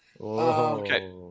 Okay